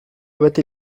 beti